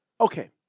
okay